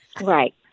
Right